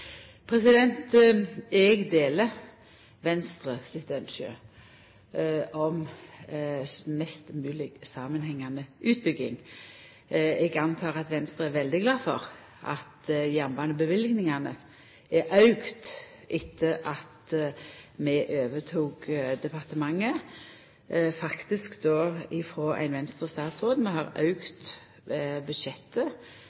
Eg deler Venstre sitt ynske om mest mogleg samanhengande utbygging. Eg antek av Venstre er veldig glad for at jernbaneløyvingane har auka etter at vi overtok departementet, faktisk då frå ein Venstre-statsråd. Vi har